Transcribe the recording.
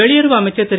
வெளியுறவு அமைச்சர் திரு